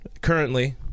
currently